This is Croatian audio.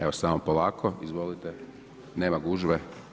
Evo samo polako, izvolite, nema gužve.